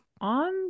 on